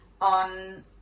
on